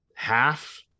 half